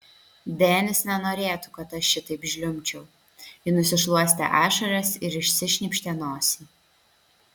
denis nenorėtų kad aš šitaip žliumbčiau ji nusišluostė ašaras ir išsišnypštė nosį